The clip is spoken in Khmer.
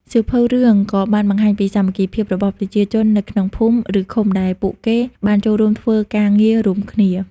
សៀវភៅរឿងក៏បានបង្ហាញពី សាមគ្គីភាព របស់ប្រជាជននៅក្នុងភូមិ ឬឃុំ ដែលពួកគេបានចូលរួមធ្វើការងាររួមគ្នា។